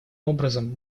образом